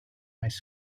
ice